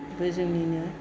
बे जोंनिनो